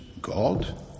God